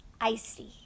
Icy